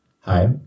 Hi